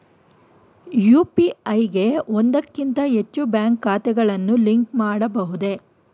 UPI ಗೆ ಒಂದಕ್ಕಿಂತ ಹೆಚ್ಚು ಬ್ಯಾಂಕ್ ಖಾತೆಗಳನ್ನು ಲಿಂಕ್ ಮಾಡಬಹುದೇ?